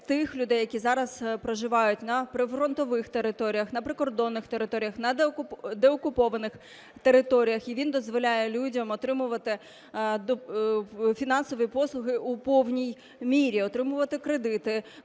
тих людей, які зараз проживають на прифронтових територіях, на прикордонних територіях, на деокупованих територіях, і він дозволяє людям отримувати фінансові послуги у повній мірі, отримувати кредити,